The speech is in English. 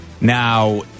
Now